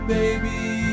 baby